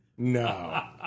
No